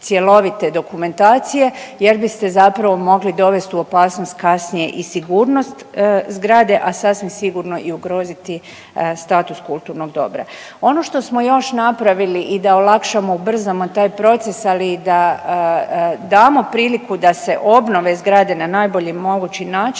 cjelovite dokumentacije jer biste zapravo mogli dovest u opasnost kasnije i sigurnost zgrade, a sasvim sigurno i ugroziti status kulturnog dobra. Ono što smo još napravili i da olakšamo i ubrzamo taj proces, ali i da damo priliku da se obnove zgrade na najbolji mogući način